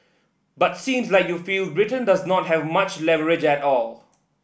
but seems like you feel Britain does not have much leverage at all